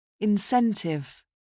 Incentive